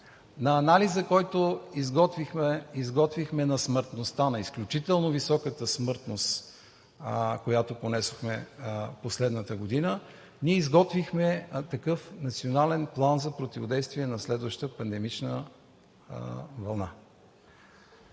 на анализа, който изготвихме за смъртността, на изключително високата смъртност, която понесохме последната година, ние изготвихме такъв Национален план за противодействие на следваща пандемична вълна.